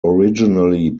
originally